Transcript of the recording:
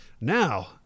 Now